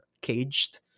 caged